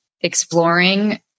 exploring